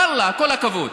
ואללה, כל הכבוד.